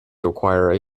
require